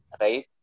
right